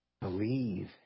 believe